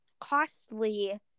costly